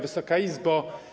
Wysoka Izbo!